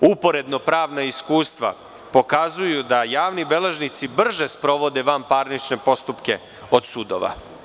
Uporedna pravna iskustva pokazuju da javni beležnici brže sprovode vanparnične postupke od sudova.